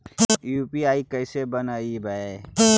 UPI कैसे बनइबै?